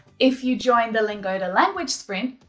if you join the lingoda language sprint,